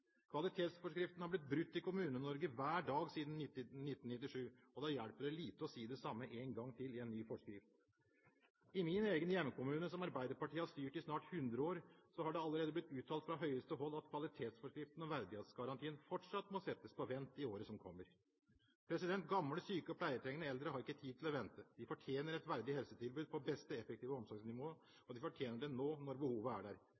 Kvalitetsforskriften har blitt brutt i Kommune-Norge hver dag siden 1997, og da hjelper det lite å si det samme én gang til i en ny forskrift. I min egen hjemkommune, som Arbeiderpartiet har styrt i snart 100 år, har det allerede blitt uttalt fra høyeste hold at kvalitetsforskriften og verdighetsgarantien fortsatt må settes på vent i året som kommer. Gamle, syke og pleietrengende eldre har ikke tid til å vente. De fortjener et verdig helsetilbud på beste effektive omsorgsnivå, og de fortjener det nå, når behovet er der.